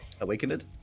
Awakened